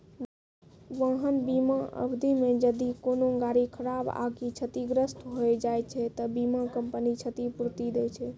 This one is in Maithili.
वाहन बीमा अवधि मे जदि कोनो गाड़ी खराब आकि क्षतिग्रस्त होय जाय छै त बीमा कंपनी क्षतिपूर्ति दै छै